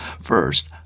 First